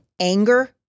anger